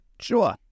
Sure